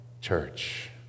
church